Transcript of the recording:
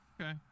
okay